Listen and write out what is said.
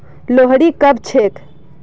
लोहड़ी कब छेक